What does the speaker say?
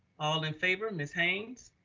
all in favor of ms. haynes?